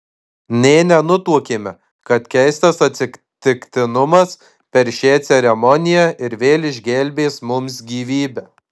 nė nenutuokėme kad keistas atsitiktinumas per šią ceremoniją ir vėl išgelbės mums gyvybę